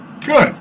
Good